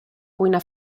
cuina